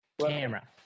Camera